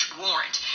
warrant